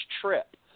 trip